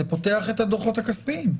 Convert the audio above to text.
זה פותח את הדוחות הכספיים.